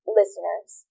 listeners